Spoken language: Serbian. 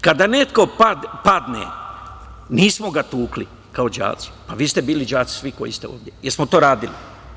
Kada neko padne, nismo ga tukli kao đaci, a vi ste bili đaci svi koji ste ovde, jesmo to radili?